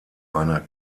einer